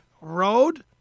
Road